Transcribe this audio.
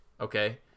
okay